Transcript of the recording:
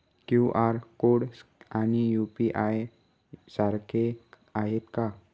QR code आणि UPI सारखे आहेत का?